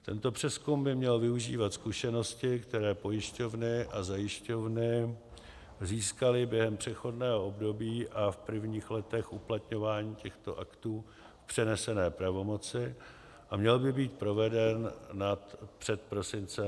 Tento přezkum by měl využívat zkušenosti, které pojišťovny a zajišťovny získaly během přechodného období a v prvních letech uplatňování těchto aktů v přenesené pravomoci a měl by být proveden před prosincem 2018.